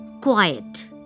quiet